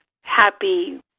happy